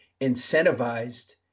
incentivized